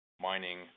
mining